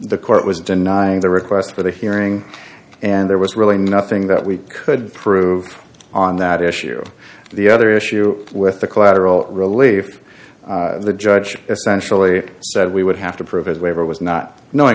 the court was denying the request for the hearing and there was really nothing that we could prove on that issue the other issue with the collateral relieve the judge essentially said we would have to prove his waiver was not knowing